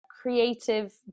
creative